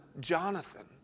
Jonathan